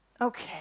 Okay